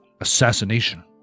assassination